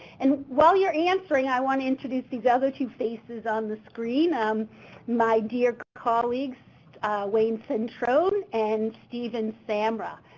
and while you're answering i want to introduce these other two faces on the screen, um my dear colleagues wayne centrone and stephen samra.